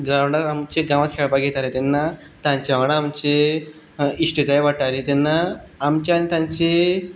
ग्रांवडार आमच्या गांवान खेळपाक येताले तेन्ना तांच्या वांगडा आमची इश्टताय वाडटाली तेन्ना आमची आनी तांची